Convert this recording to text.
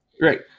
Great